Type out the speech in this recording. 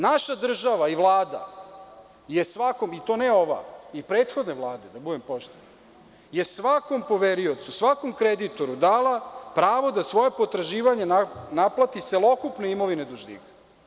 Naša država i Vlada je svakom, i to ne ova, i prethodne Vlade, da budem pošten, je svakom poveriocu, svakom kreditoru, dala prava da svoje potraživanje naplati celokupne imovine dužnika.